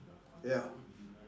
ya